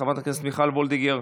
חברת הכנסת מיכל וולדיגר,